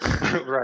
Right